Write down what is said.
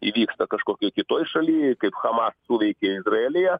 įvyksta kažkokioj kitoj šalyj kaip hamaz suveikė izraelyje